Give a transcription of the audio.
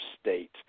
state